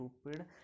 stupid